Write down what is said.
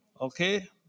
Okay